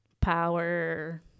power